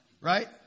Right